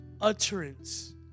utterance